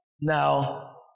Now